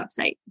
website